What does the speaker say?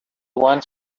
want